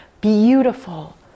beautiful